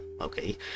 okay